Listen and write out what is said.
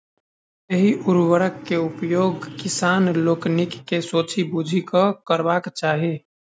एहि उर्वरक के उपयोग किसान लोकनि के सोचि बुझि कअ करबाक चाही